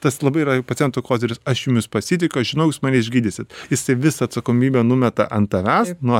tas labai yra pacientų koziris aš jumis pasitikiu aš žinau jūs mane išgydysit jisai visą atsakomybę numeta ant tavęs nuo